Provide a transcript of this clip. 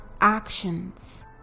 actions